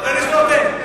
חבר הכנסת רותם,